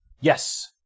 Yes